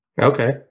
Okay